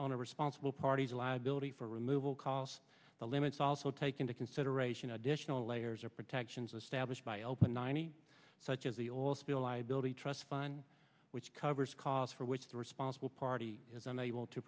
on a responsible parties liability for removal costs the limits also take into consideration additional layers of protections established by open ninety such as the oil spill liability trust fund which covers calls for which the responsible party is unable to